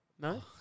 No